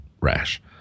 rash